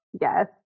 yes